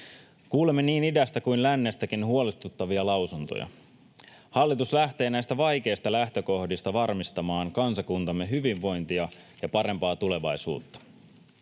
Kuulemme niin idästä kuin lännestäkin huolestuttavia lausuntoja. Hallitus lähtee näistä vaikeista lähtökohdista varmistamaan kansakuntamme hyvinvointia ja parempaa tulevaisuutta.